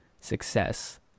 success